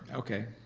okay.